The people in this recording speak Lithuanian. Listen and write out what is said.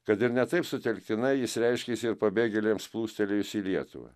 kad ir ne taip sutelktinai jis reiškėsi ir pabėgėliams plūstelėjus į lietuvą